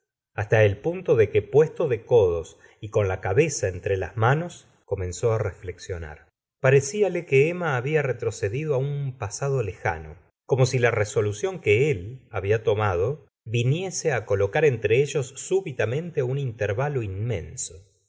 hasta el punto de que puesto de codos y con la cabeza entre las manos comenzó á r eflexionar paredale que emma había retrocedido á un pasapo lejano como si la resolución que él había tomado viniese á colocar entre ellos subitamente un intervavalo inmenso